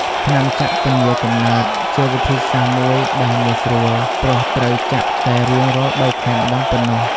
ថ្នាំចាក់ពន្យារកំណើត ជាវិធីសាស្ត្រមួយដែលងាយស្រួល ព្រោះត្រូវចាក់តែរៀងរាល់ ៣ ខែម្តងប៉ុណ្ណោះ។